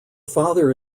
father